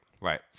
right